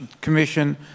Commission